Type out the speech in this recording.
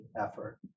effort